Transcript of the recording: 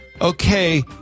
okay